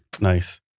Nice